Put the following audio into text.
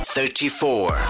Thirty-four